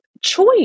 choice